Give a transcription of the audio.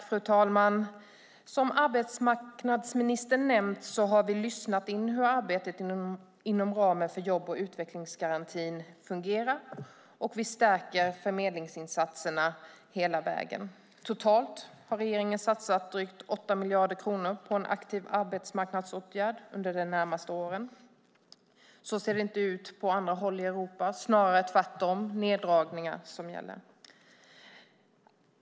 Fru talman! Som arbetsmarknadsministern nämnt har vi lyssnat in hur arbetet inom ramen för jobb och utvecklingsgarantin fungerar, och vi stärker förmedlingsinsatserna hela vägen. Totalt har regeringen satsat drygt 8 miljarder kronor på aktiva arbetsmarknadsåtgärder under de närmaste åren. Så ser det inte ut på andra håll i Europa; där är det snarare neddragningar som gäller.